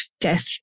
death